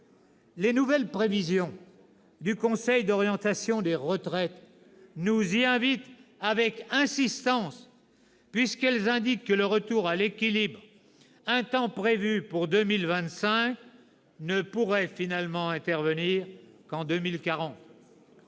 Les nouvelles prévisions du Conseil d'orientation des retraites nous y invitent avec insistance, puisqu'elles indiquent que le retour à l'équilibre, un temps prévu pour 2025, ne pourrait finalement intervenir qu'en 2040.